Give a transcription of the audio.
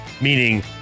Meaning